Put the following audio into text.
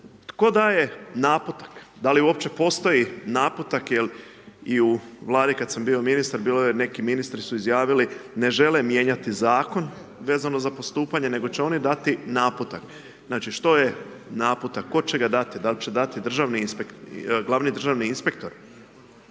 Tko daje naputak, da li uopće postoji naputak, jel i u Vladi kada sam bio ministar, bilo je, neki ministri su izjavili ne žele mijenjati Zakon vezano za postupanje, nego će oni dati naputak. Znači, što je naputak, tko će ga dati, dal će dati glavni državni inspektor?